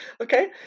Okay